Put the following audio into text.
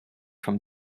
from